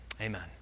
Amen